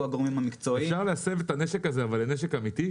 אליהם הגורמים המקצועיים --- אפשר להסב את הנשק הזה לנשק אמיתי?